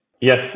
Yes